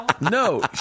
No